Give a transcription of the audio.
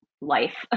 life